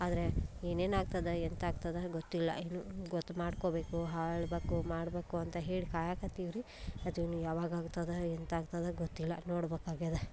ಆದರೆ ಏನೇನು ಆಗ್ತದೆ ಎಂತ ಆಗ್ತದೆ ಗೊತ್ತಿಲ್ಲ ಗೊತ್ತು ಮಾಡ್ಕೊಬೇಕು ಹಾಳ್ಬಕು ಮಾಡಬೇಕು ಅಂತ ಹೇಳಿ ಕಾಯಕತ್ತೀವಿ ರೀ ಅದು ಇನ್ನೂ ಯಾವಾಗ ಆಗ್ತದೆ ಎಂತ ಆಗ್ತದೆ ಗೊತ್ತಿಲ್ಲ ನೋಡ್ಬೇಕಾಗದ